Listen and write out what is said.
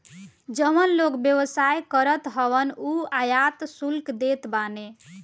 जवन लोग व्यवसाय करत हवन उ आयात शुल्क देत बाने